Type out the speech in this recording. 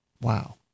Wow